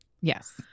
Yes